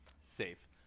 safe